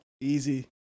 easy